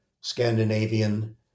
Scandinavian